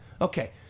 Okay